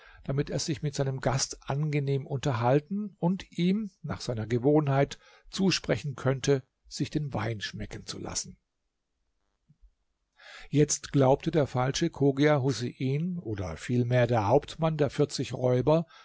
damit er sich mit seinem gast angenehm unterhalten und ihm nach seiner gewohnheit zusprechen könnte sich den wein schmecken zu lassen jetzt glaubte der falsche chogia husein oder vielmehr der hauptmann der vierzig räuber